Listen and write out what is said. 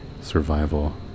survival